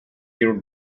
you